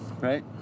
right